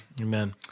Amen